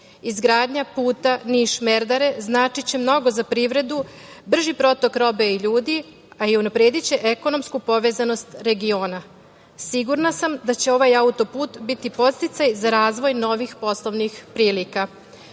Izgradnja puta Niš-Merdare značiće mnogo za privredu, brži protok robe i ljudi, a i unaprediće ekonomsku povezanost regiona. Sigurna sam da će ovaj auto-put biti podsticaj za razvoj novih poslovnih prilika. Auto-put